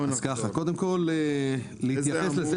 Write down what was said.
קודם כול, אני מבקש להתייחס לזה